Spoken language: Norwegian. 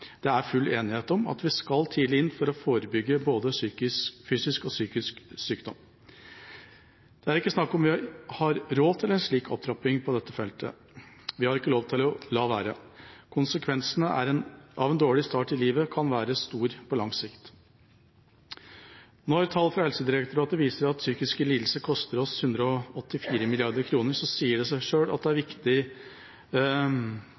det som det er full enighet om – at vi skal tidlig inn for å forebygge både fysisk og psykisk sykdom. Det er ikke snakk om vi har råd til en slik opptrapping på dette feltet. Vi har ikke lov til å la være. Konsekvensene av en dårlig start i livet kan være store på lang sikt. Når tall fra Helsedirektoratet viser at psykiske lidelser koster oss 184 mrd. kr, sier det seg selv at det er viktig